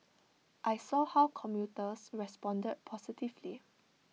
I saw how commuters responded positively